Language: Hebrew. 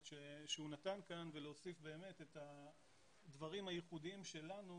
שהוא נתן כאן ולהוסיף את הדברים הייחודים שלנו,